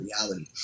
reality